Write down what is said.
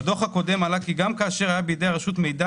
בדוח הקודם עלה כי גם כאשר היה בידי הרשות מידע